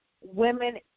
women